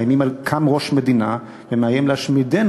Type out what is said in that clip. אחרי כ-70 שנה קם ראש מדינה ומאיים שוב להשמידנו.